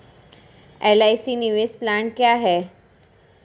LIC निवेश plan क्या है?